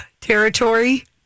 territory